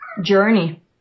Journey